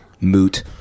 moot